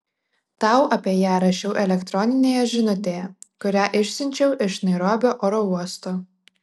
tau apie ją rašiau elektroninėje žinutėje kurią išsiunčiau iš nairobio oro uosto